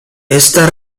esta